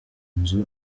nzu